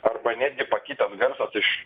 arba netgi pakitęs garsas iš